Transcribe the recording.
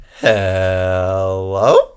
hello